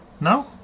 No